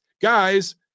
guys